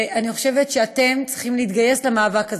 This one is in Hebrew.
אני חושבת צריכים להתגייס למאבק הזה.